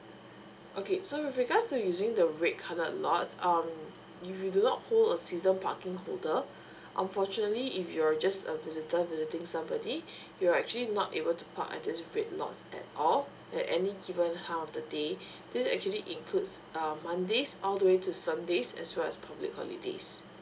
okay so with regards to using the red coloured lot um if you do not hold a season parking holder unfortunately if you're just a visitor visiting somebody you're actually not able to park at this red lot at all at any given time of the day this actually includes err mondays all the way to sundays as well as public holidays